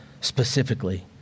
specifically